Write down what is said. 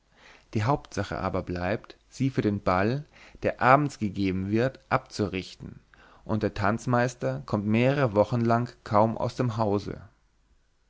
die hauptsache aber bleibt sie für den ball der abends gegeben wird abzurichten und der tanzmeister kommt mehrere wochen lang kaum aus dem hause